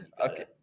Okay